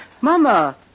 Mama